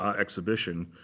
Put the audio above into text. exhibition,